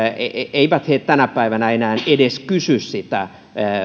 eivät enää tänä päivänä edes kysy sitä